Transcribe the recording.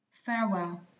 Farewell